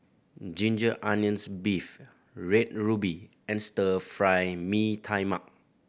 ginger onions beef Red Ruby and Stir Fry Mee Tai Mak